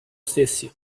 stessi